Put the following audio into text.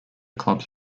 clubs